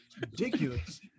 Ridiculous